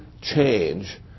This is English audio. change